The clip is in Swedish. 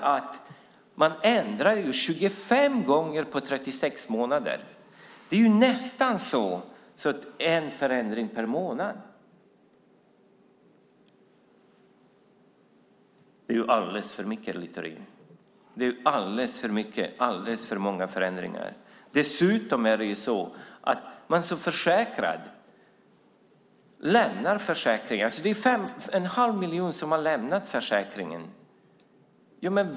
Man har ändrat 25 gånger på 36 månader. Det är nästan en förändring i månaden. Det är alldeles för många förändringar, Littorin. Dessutom har en halv miljon försäkrade lämnat arbetslöshetsförsäkringen.